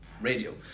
radio